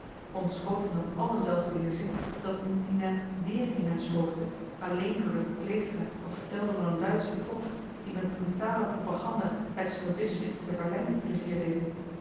ontschoot hem dan alle zelfbeheersching dat nu dina wéér in hem spookte alleen doordat kleestra wat vertelde van een duitschen prof die met brutale propaganda het snobisme te berlijn plezier deed